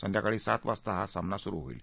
संध्याकाळी सात वाजता हा सामना सुरु होईल